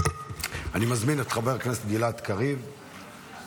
אני מזמין את חבר הכנסת גלעד קריב לדוכן.